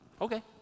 Okay